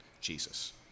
Jesus